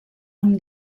amb